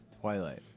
Twilight